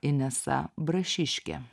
inesa brašiškė